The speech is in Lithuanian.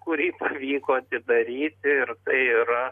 kurį pavyko atidaryti ir tai yra